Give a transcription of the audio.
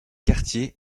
quartier